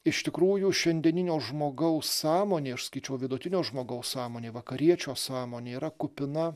iš tikrųjų šiandieninio žmogaus sąmonė aš sakyčiau vidutinio žmogaus sąmonė vakariečio sąmonė yra kupina